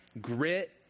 grit